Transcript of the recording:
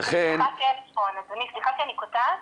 --- סליחה שאני קוטעת,